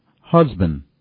husband